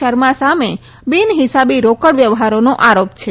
શર્મા સામે બિન હિસાબી રોકડ વ્યવહારોનો આરોપ છે